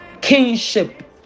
kingship